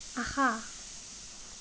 আশা